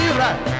right